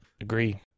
Agree